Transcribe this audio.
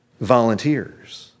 volunteers